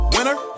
Winner